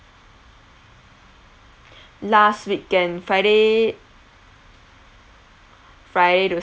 last weekend friday friday to